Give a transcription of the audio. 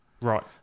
Right